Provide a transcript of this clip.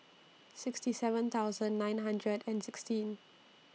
sixty seven thousand nine hundred and sixteen